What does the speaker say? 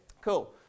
Cool